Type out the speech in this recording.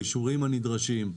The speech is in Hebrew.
באישורים הנדרשים.